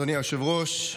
אדוני היושב-ראש,